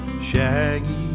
shaggy